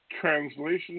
translation